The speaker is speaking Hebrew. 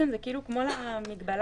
אנחנו לא יכולים.